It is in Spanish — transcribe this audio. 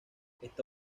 está